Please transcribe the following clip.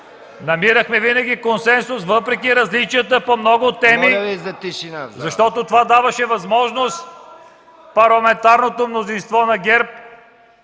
Намирахме винаги консенсус въпреки различията по много теми, защото това даваше възможност парламентарното мнозинство на ГЕРБ